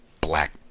black